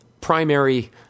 primary